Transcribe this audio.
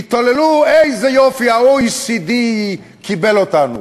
התהללו: איזה יופי, ה-OECD קיבל אותנו.